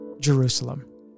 Jerusalem